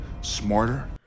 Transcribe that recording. smarter